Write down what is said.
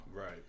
Right